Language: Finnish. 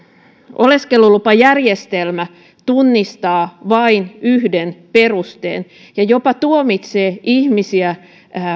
oleskelulupajärjestelmä tunnistaa vain yhden perusteen ja jopa tuomitsee ihmisiä